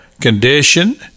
condition